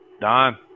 don